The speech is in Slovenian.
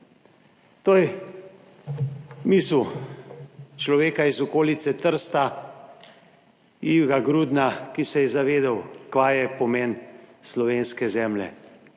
To je misel človeka iz okolice Trsta, Iga Grudna, ki se je zavedal, kaj je pomen slovenske zemlje.